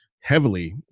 heavily